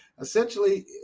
essentially